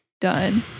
done